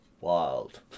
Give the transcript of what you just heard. wild